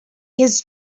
his